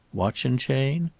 watch and chain?